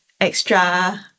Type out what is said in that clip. extra